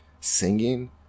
Singing